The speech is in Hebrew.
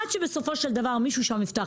עד שבסופו של דבר מישהו שם יפתח.